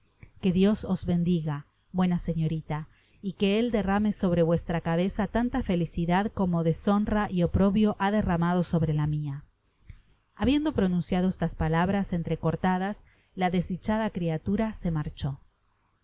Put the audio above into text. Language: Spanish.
que dios os bendiga buena señorita y que él derrame sobre vuestra cabeza tanta felicidad como deshonra y oprobio ha derramado sobre la mia habiendo pronunciado estas palabras entrecortadas la desdichada criatura se marchó